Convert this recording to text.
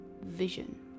vision